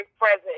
present